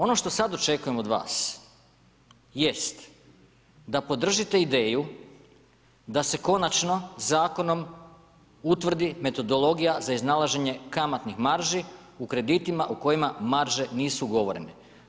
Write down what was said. Ono što sada očekujem od vas jest da podržite ideju da se konačno zakonom utvrdi metodologija za iznalaženje kamatnih marži u kreditima u kojima marže nisu ugovorene.